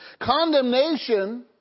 Condemnation